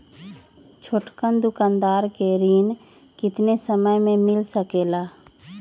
छोटकन दुकानदार के ऋण कितने समय मे मिल सकेला?